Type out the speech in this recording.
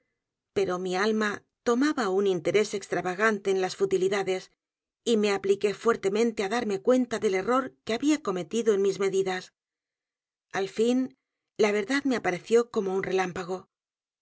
pero mi alma tomaba un interés extravagante en las futilidades y me apliqué fuertemente á darme cuenta del error que había cometido en mis medidas al fin la verdad me apareció o m o un relámpago